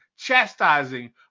chastising